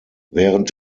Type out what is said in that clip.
während